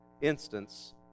instance